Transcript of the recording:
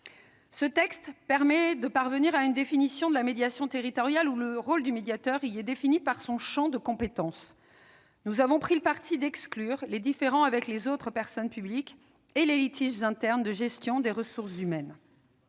Ce texte permet de parvenir à une notion de médiation territoriale, dans laquelle le rôle du médiateur y est défini par son champ de compétences. Nous avons pris le parti d'exclure les différends avec les autres personnes publiques et les litiges internes de gestion des ressources humaines.